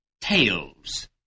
tails